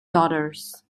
daughters